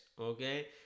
okay